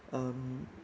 um